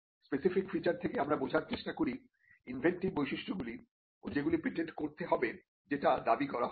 specific feature থেকে আমরা বোঝার চেষ্টা করি ইনভেন্টিভ বৈশিষ্ট্যগুলি ও যেগুলি পেটেন্ট করতে হবেযেটা দাবি করা হবে